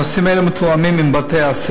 הנושאים האלה מתואמים עם בתי-הספר,